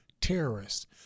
terrorists